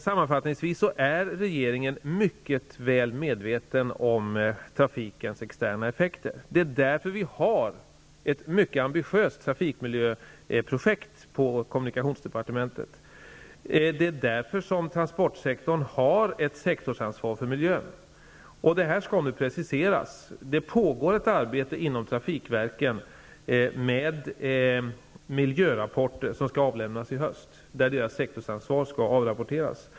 Sammanfattningsvis: Regeringen är mycket väl medveten om trafikens externa effekter. Därför har vi ett mycket ambitiöst trafikmiljöprojekt på gång på kommunikationsdepartmentet. Det är därför som transportsektorn har ett sektorsansvar för miljön. Det här skall nu preciseras. Det pågår ett arbete inom trafikverken med miljörapporter, som skall avlämnas i höst och där deras sektorsansvar alltså avrapporteras.